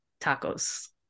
tacos